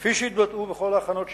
כפי שהתבטאו בכל ההכנות שנעשו.